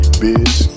bitch